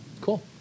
Cool